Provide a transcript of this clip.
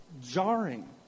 jarring